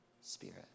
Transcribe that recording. spirit